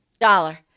Dollar